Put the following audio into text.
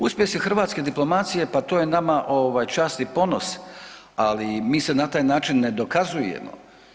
Uspjesi hrvatske diplomacije pa to je nama čast i ponos, ali mi se na taj način ne dokazujemo.